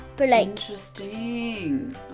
Interesting